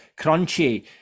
Crunchy